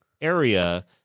area